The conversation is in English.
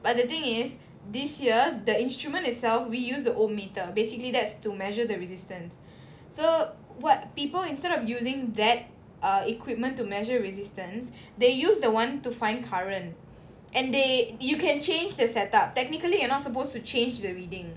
but the thing is this year the instrument itself we use the ohmmeter basically that's to measure the resistance so what people instead of using that ah equipment to measure resistance they use the one to find current and they you can change the set-up technically you are not supposed to change the reading